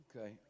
Okay